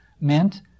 meant